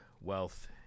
wealth